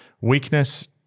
weakness